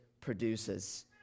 produces